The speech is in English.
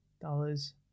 Dollars